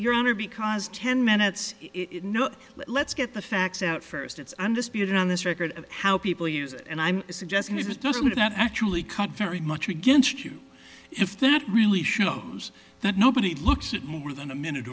your honor because ten minutes no let's get the facts out first it's undisputed on this record of how people use and i'm suggesting he just doesn't actually cut very much against you if that really shows that nobody looks at more than a minute